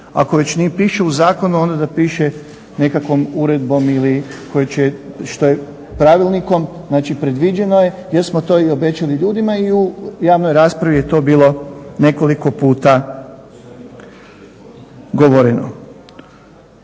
Ako već ne piše u zakonu onda da piše nekakvom uredbom ili pravilnikom, znači predviđeno je jer smo to i obećali ljudima i u javnoj raspravi je to bilo nekoliko puta govoreno.